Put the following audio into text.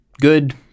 good